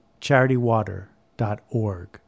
CharityWater.org